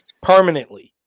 permanently